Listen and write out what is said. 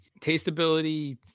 tasteability